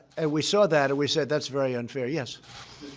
and we saw that, and we said that's very unfair. yes.